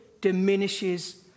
diminishes